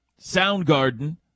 Soundgarden